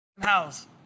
house